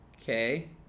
Okay